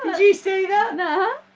you see that? no,